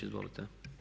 Izvolite.